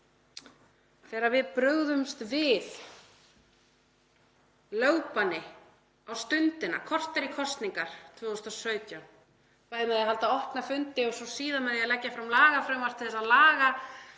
Þegar við brugðumst við lögbanni á Stundina korter í kosningar 2017, bæði með því að halda opna fundi og síðan með því að leggja fram lagafrumvarp til að laga